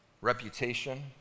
reputation